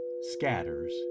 scatters